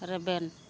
ᱨᱮᱵᱮᱱ